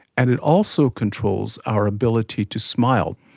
and it also controls our ability to smile,